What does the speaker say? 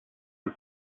and